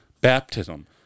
baptism